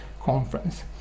conference